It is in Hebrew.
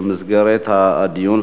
במסגרת הדיון.